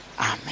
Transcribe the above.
Amen